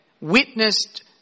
witnessed